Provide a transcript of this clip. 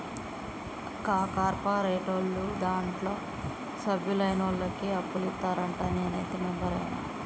కా కార్పోరేటోళ్లు దాంట్ల సభ్యులైనోళ్లకే అప్పులిత్తరంట, నేనైతే మెంబరైన